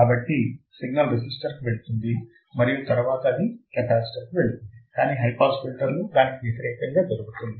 కాబట్టి సిగ్నల్ రెసిస్టర్కు వెళుతుంది మరియు తరువాత అది కెపాసిటర్కు వెళుతుంది కాని హై పాస్ ఫిల్టర్లో దానికి వ్యతిరేకం గా జరుగుతుంది